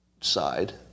side